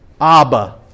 Abba